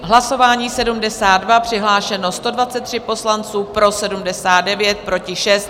Hlasování číslo 72, přihlášeno 123 poslanců, pro 79, proti 6.